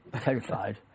terrified